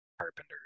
carpenter